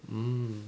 hmm